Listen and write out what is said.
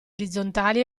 orizzontali